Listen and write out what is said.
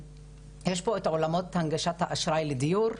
יש פה את עולמות הנגשת האשראי לדיור,